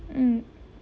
mm